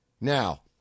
Now